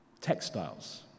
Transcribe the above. textiles